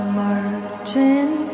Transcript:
marching